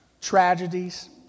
tragedies